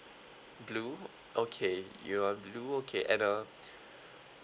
blue okay you want blue okay and uh